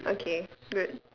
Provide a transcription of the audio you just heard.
okay good